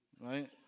right